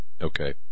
okay